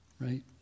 right